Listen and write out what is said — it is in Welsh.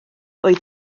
oedd